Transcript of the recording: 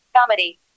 Comedy